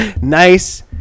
Nice